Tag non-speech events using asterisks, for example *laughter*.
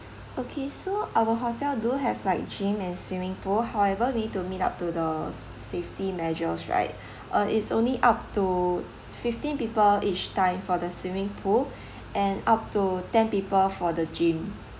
okay so our hotel do have like gym and swimming pool however we need to meet up to the safety measures right *breath* uh it's only up to fifteen people each time for the swimming pool *breath* and up to ten people for the gym